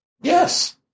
Yes